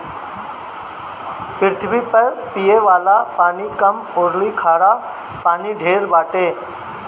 पृथ्वी पर पिये वाला पानी कम अउरी खारा पानी ढेर बाटे